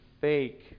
fake